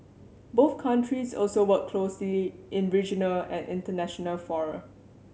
both countries also work closely in regional and international fora